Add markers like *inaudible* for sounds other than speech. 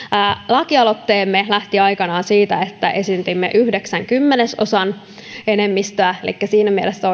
lakialoitteemme lähti aikanaan siitä että esitimme yhdeksän kymmenesosan enemmistöä elikkä siinä mielessä *unintelligible*